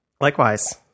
Likewise